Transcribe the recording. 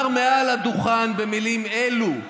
שאמר מעל הדוכן במילים אלה: